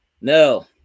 no